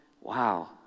wow